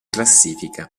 classifica